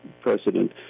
president